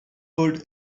food